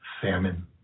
famine